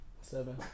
Seven